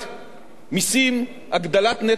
את הגדלת נטל המס על אזרחי ישראל.